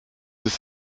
ist